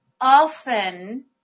often